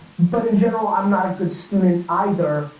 but in general, i'm not a good student either.